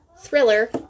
thriller